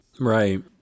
right